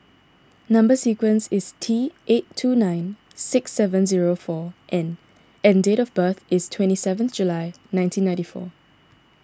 Number Sequence is T eight two nine six seven zero four N and date of birth is twenty seven July nineteen ninety four